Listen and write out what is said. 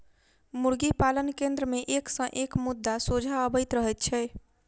मुर्गी पालन केन्द्र मे एक सॅ एक मुद्दा सोझा अबैत रहैत छै